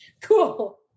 cool